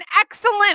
excellent